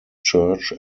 church